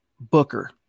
Booker